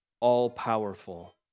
All-powerful